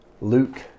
Luke